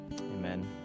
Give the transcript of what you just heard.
Amen